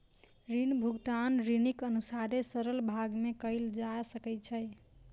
ऋण भुगतान ऋणीक अनुसारे सरल भाग में कयल जा सकै छै